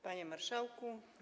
Panie Marszałku!